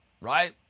right